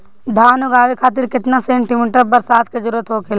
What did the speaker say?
धान उगावे खातिर केतना सेंटीमीटर बरसात के जरूरत होखेला?